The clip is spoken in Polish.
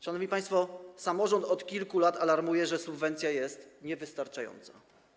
Szanowni państwo, samorząd od kilku lat alarmuje, że subwencja jest niewystarczająca.